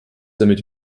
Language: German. damit